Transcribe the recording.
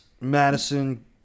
Madison